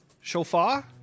Shofar